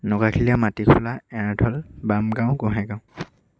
Nagakhilia Matikhola Eradhal Bamgaon গোহাঁইগাঁও